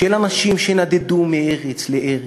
של אנשים שנדדו מארץ לארץ,